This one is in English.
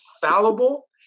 fallible